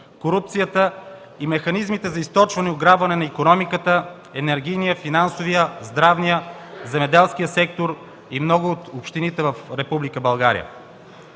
корупцията и механизмите за източване и ограбване на икономиката, енергийния, финансовия, здравния, земеделския сектор и много от общините в